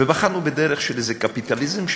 ובחרנו בדרך של איזה קפיטליזם,